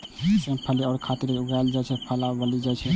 सेम फली खाय खातिर उगाएल जाइ बला फली छियै